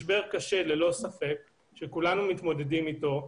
זה אומנם משבר קשה, משבר שכולנו מתמודדים איתו,